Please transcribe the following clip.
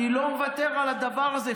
אני לא מוותר על הדבר הזה.